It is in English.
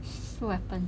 full weapon